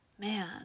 man